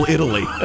Italy